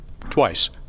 Twice